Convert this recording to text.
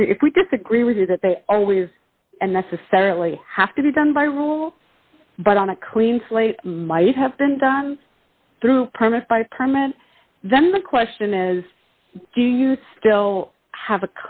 country if we disagree with you that they always necessarily have to be done by rule but on a clean slate might have been done through perma five permanent then the question is do you still have a